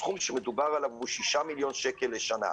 הסכום שמדברים עליו הוא 6 מיליון שקלים לשנה.